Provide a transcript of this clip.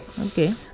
Okay